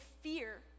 fear